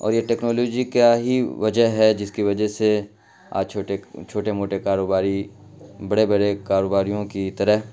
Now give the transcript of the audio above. اور یہ ٹیکنالوجی کیا ہی وجہ ہے جس کے وجہ سے آج چھوٹے چھوٹے موٹے کاروباری بڑے برے کاروباریوں کی طرح